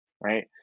right